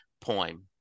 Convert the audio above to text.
poem